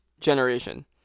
generation